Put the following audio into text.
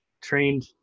trained